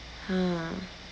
!huh!